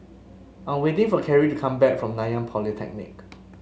I'm waiting for Kerri to come back from Nanyang Polytechnic